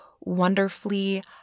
wonderfully